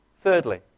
Thirdly